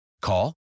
Call